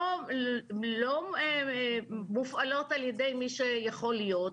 לא מופעלות על ידי מי שיכול להיות,